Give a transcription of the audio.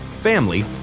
family